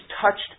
touched